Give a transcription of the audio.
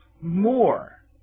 more